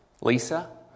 Lisa